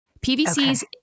PVCs